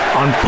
on